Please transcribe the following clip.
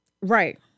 right